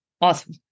Awesome